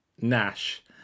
nash